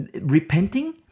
repenting